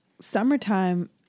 summertime